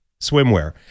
swimwear